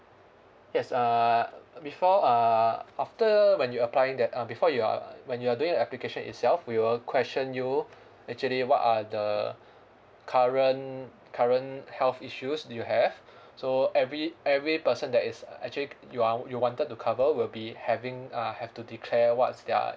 yes uh before uh after when you're applying the uh before you uh when you're doing application itself we will question you actually what are the current current health issues do you have so every every person that is actually you are you wanted to cover will be having uh have to declare what's their